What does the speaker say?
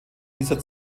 dieser